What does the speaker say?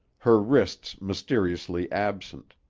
her wrists mysteriously absent.